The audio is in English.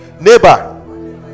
neighbor